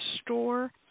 store